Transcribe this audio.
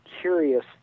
curious